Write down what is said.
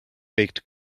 baked